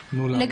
נו, למה?